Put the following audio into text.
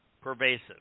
pervasive